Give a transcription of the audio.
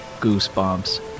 Goosebumps